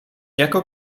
jako